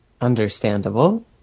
Understandable